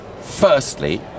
Firstly